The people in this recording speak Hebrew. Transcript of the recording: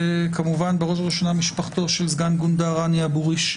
וכמובן בראש ובראשונה משפחתו של סגן גונדר רני אבוריש,